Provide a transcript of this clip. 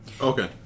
Okay